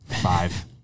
five